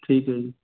ਠੀਕ ਹੈ ਜੀ